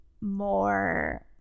more